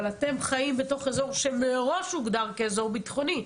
אבל אתם חיים בתוך אזור שמראש הוגדר כאזור ביטחוני,